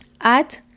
add